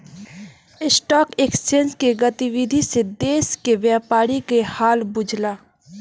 stock exchange के गतिविधि से देश के व्यापारी के हाल बुझला